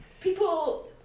People